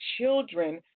children